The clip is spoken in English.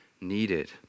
needed